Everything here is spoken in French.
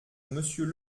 monsieur